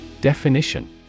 Definition